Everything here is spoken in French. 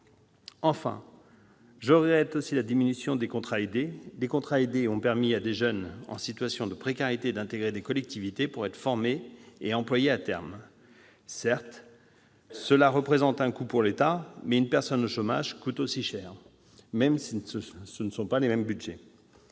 Enfin, je regrette aussi la diminution des contrats aidés, qui ont permis à des jeunes en situation de précarité d'intégrer des collectivités territoriales pour être formés et, à terme, employés. Certes, cela représente un coût pour l'État, mais une personne au chômage coûte aussi cher, même si ce ne sont pas les mêmes budgets.